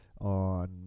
on